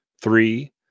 three